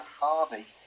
Hardy